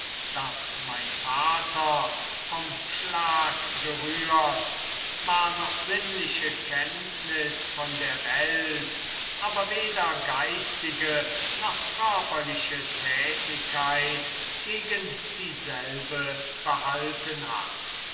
daß mein vater vom schlag gerührt zwar noch sinnliche kenntnis von der welt aber weder geistige noch körperliche tätigkeit gegen dieselbe behalten hat